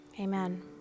Amen